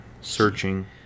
searching